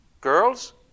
Girls